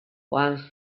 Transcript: while